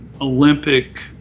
Olympic